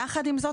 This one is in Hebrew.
יחד עם זאת,